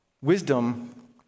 Wisdom